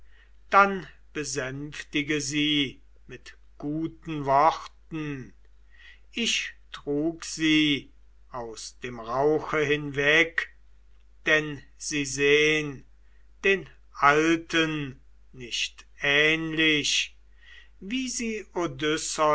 dann besänftige sie mit guten worten ich trug sie aus dem rauche hinweg denn sie sehn den alten nicht ähnlich wie sie